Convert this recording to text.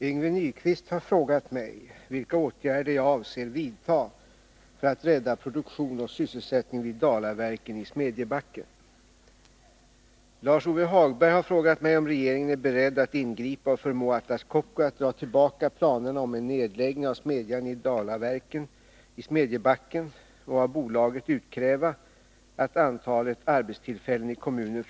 I det redan hårt pressade Västerbergslagen avser nu Atlas Copco att avveckla sin smedja vid Dalaverken i Smedjebacken. Nedläggningen sker, uppges det, på grund av dålig lönsamhet. Samtidigt meddelar emellertid Atlas Copco att bolagets vinst uppgår till 584 milj.kr. och att 124 milj.kr. delas ut till aktieägarna.